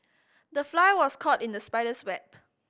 the fly was caught in the spider's web